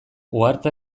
uharte